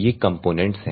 ये कंपोनेन्ट्स हैं